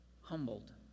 humbled